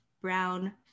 brown